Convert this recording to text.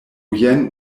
jen